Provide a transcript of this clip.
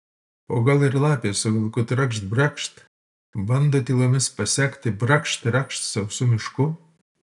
o gal ir lapė su vilku trakšt brakšt bando tylomis pasekti brakšt trakšt sausu mišku